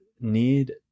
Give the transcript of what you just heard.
need